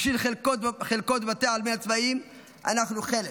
בשביל חלקות בבתי העלמין הצבאיים אנחנו חלק,